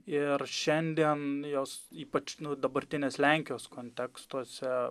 ir šiandien jos ypač dabartinės lenkijos kontekstuose